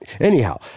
Anyhow